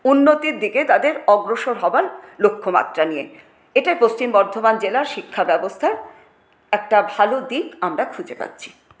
উন্নতির দিকে তাদের অগ্রসর হওয়ার লক্ষ্যমাত্রা নিয়ে এটাই পশ্চিম বর্ধমান জেলার শিক্ষাব্যবস্থার একটা ভালো দিক আমরা খুঁজে পাচ্ছি